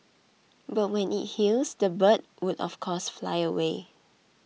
but when it heals the bird would of course fly away